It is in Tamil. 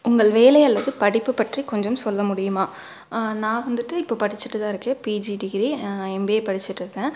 உங்கள் வேலை அல்லது படிப்பு பற்றி கொஞ்சம் சொல்ல முடியுமா நான் வந்துட்டு இப்போ படிச்சிகிட்டுதான் இருக்கேன் பிஜி டிகிரி எம்பிஏ படிச்சிட்ருக்கேன்